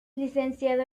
licenciado